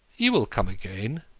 you will come again,